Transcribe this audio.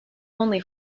only